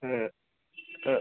ஆ ஆ